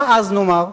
מה אז נאמר?